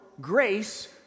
grace